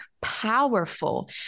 powerful